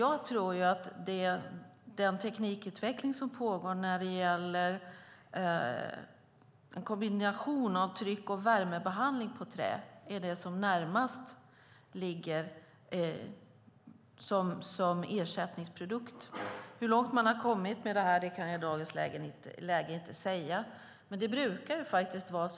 Det pågår en teknikutveckling när det gäller en kombination av tryck och värmebehandling av trä. Jag tror att det är det som ligger närmast som ersättningsprodukt. Jag kan i dagens läge inte säga hur långt man har kommit med detta.